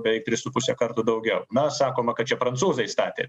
beveik tris su puse kartų daugiau na sakoma kad čia prancūzai statė